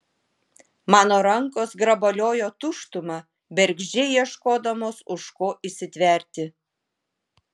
mano rankos grabaliojo tuštumą bergždžiai ieškodamos už ko įsitverti